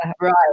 right